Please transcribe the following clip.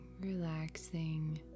relaxing